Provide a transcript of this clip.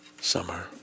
Summer